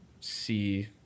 see